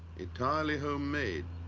entirely homemade,